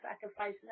sacrifice